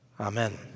Amen